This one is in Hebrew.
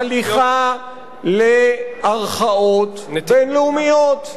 והיא הליכה לערכאות בין-לאומיות.